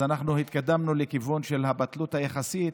אז אנחנו התקדמנו לכיוון של הבטלות היחסית.